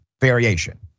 variation